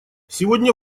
сегодня